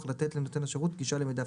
לתת לנותן השירות גישה למידע פיננסי,